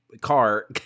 car